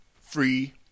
free